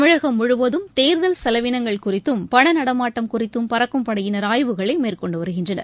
தமிழகம் முழுவதும் தேர்தல் செலவீனங்கள் குறித்தும் பணநடமாட்டம் குறித்தும் பறக்கும் படையினர் ஆய்வுகளைமேற்கொண்டுவருகின்றனர்